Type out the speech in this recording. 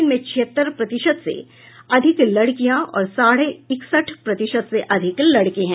इनमें छिहत्तर प्रतिशत से अधिक लड़कियां और साढ़े इकसठ प्रतिशत से अधिक लड़के हैं